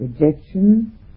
rejection